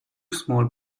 small